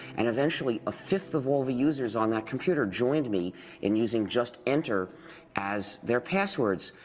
and eventually, a fifth of all the users on that computer joined me in using just enter as their passwords.